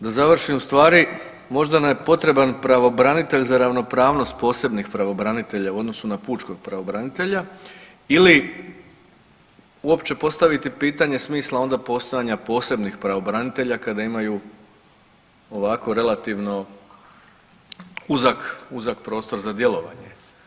Da završim, u stvari možda nam je potreban pravobranitelj za ravnopravnost posebnih pravobranitelja u odnosu na pučkog pravobranitelja ili uopće postaviti pitanje smisla onda postojanja posebnih pravobranitelja kada imaju ovako relativno uzak, uzak prostor za djelovanje.